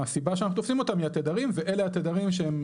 הסיבה שאנחנו תופסים אותם היא התדרים ואלה התדרים שהם